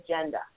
agenda